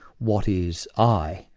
what is i?